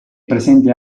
presente